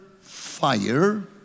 fire